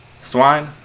Swine